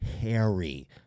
Harry